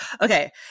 Okay